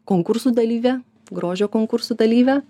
konkursų dalyvė grožio konkursų dalyvė